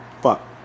Fuck